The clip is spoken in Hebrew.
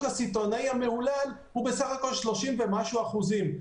הסיטונאי המהולל הוא בסך הכול 30 ומשהו אחוזים.